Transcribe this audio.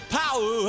power